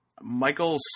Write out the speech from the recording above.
Michael